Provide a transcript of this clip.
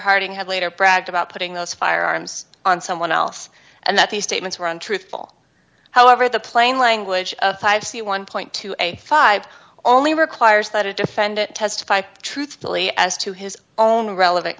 harding had later bragged about putting those firearms on someone else and that these statements were untruthful however the plain language of five c one point two five only requires that a defendant testify truthfully as to his own relevant